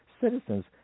citizens